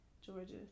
Georgia